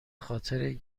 خاطر